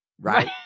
right